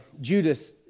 Judas